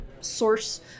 source